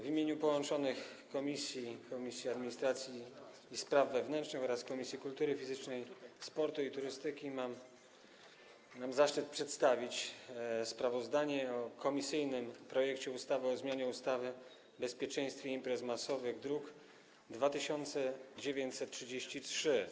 W imieniu połączonych Komisji: Administracji i Spraw Wewnętrznych oraz Kultury Fizycznej, Sportu i Turystyki mam zaszczyt przedstawić sprawozdanie o komisyjnym projekcie ustawy o zmianie ustawy o bezpieczeństwie imprez masowych, druk nr 2933.